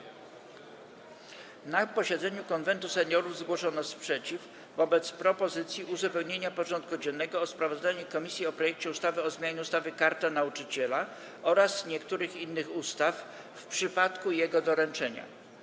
Na posiedzeniu Konwentu Seniorów zgłoszono sprzeciw wobec propozycji uzupełnienia porządku dziennego o sprawozdanie komisji o projekcie ustawy o zmianie ustawy Karta Nauczyciela oraz niektórych innych ustaw w przypadku jego doręczenia.